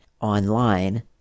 online